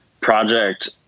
project